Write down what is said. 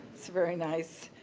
it's very nice.